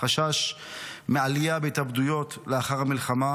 חשש מעלייה בהתאבדויות לאחר המלחמה,